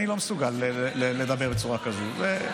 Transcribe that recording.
אני לא מסוגל לדבר בצורה כזאת.